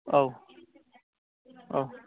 औ औ